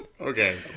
Okay